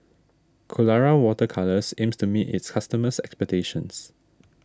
Colora Water Colours aims to meet its customers' expectations